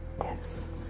Yes